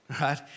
right